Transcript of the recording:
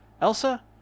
elsa